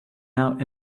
out